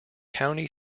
county